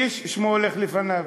איש ששמו הולך לפניו.